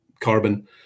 carbon